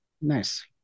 nice